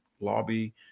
lobby